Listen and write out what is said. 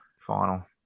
final